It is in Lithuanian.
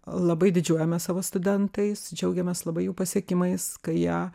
labai didžiuojamės savo studentais džiaugiamės labai jų pasiekimais kai jie